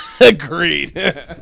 Agreed